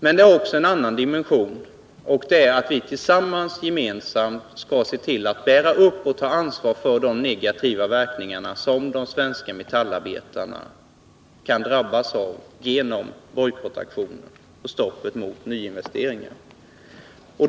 Men det hela har ytterligare en dimension: att vi gemensamt skall se till att bära och ta ansvar för de ekonomiska verkningar som de svenska metallarbetarna kan drabbas av genom bojkottaktioner och genom stoppet för nyinvesteringar.